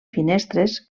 finestres